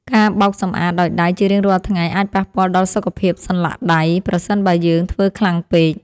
ការបោកសម្អាតដោយដៃជារៀងរាល់ថ្ងៃអាចប៉ះពាល់ដល់សុខភាពសន្លាក់ដៃប្រសិនបើយើងធ្វើខ្លាំងពេក។